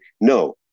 No